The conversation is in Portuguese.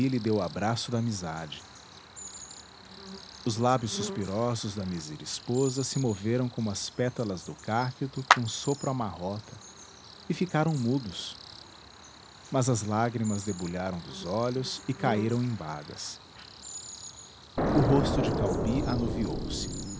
dê o abraço da amizade os lábios suspirosos da mísera esposa se moveram como as pétalas do cacto que um sopro amarrota e ficaram mudos mas as lágrimas debulharam dos olhos e caíram em bagas o rosto de caubi anuviou se